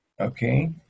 okay